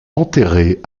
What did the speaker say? enterrée